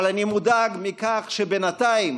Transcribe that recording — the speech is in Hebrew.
אבל אני מודאג מכך שבינתיים